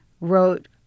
wrote